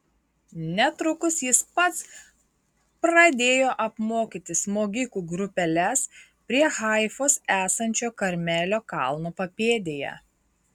netrukus jis pats pradėjo apmokyti smogikų grupeles prie haifos esančio karmelio kalno papėdėje